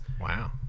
Wow